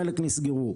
חלק נסגרו.